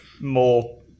more